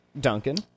Duncan